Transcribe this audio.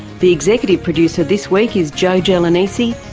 the executive producer this week is joe joe gelonesi,